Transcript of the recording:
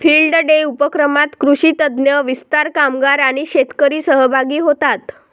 field day उपक्रमात कृषी तज्ञ, विस्तार कामगार आणि शेतकरी सहभागी होतात